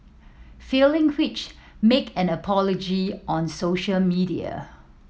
failing which make an apology on social media